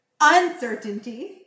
uncertainty